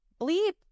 bleep